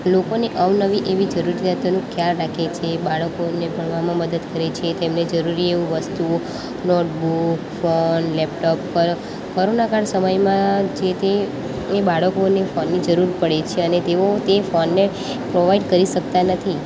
લોકોને અવનવી એવી જરૂરિયાતોનું ખ્યાલ રાખે છે બાળકોને ભણવામાં મદદ કરે છે તેમને જરૂરી એવું વસ્તુ નોટબુક ફોન લેપટોપ પર કરોના કાળ સમયમાં જે તે એ બાળકોને ફોનની જરૂર પડી છે તેને તેઓ તે ફોનને પ્રોવાઈડ કરી શકતા નથી